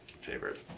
favorite